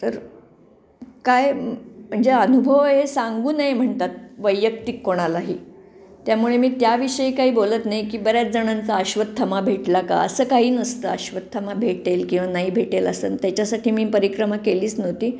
तर काय म्हणजे अनुभव हे सांगू नये म्हणतात वैयक्तिक कोणालाही त्यामुळे मी त्याविषयी काही बोलत नाही की बऱ्याच जणांचा अश्वत्थामा भेटला का असं काही नसतं आश्वत्थामा भेटेल किंवा नाही भेटेल असं त्याच्यासाठी मी परिक्रम केलीच नव्हती